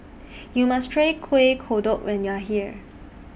YOU must Try Kuih Kodok when YOU Are here